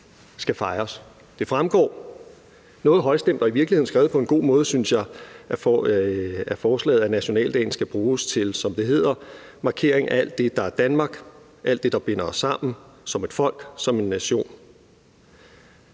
skal fejres. Det fremgår noget højstemt – og i virkeligheden skrevet på en god måde, synes jeg – af forslaget, at nationaldagen skal bruges til, som det hedder: markering af alt det, der er Danmark, og alt det, der binder os sammen som et folk – som en nation.